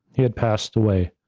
he had passed away.